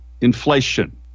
inflation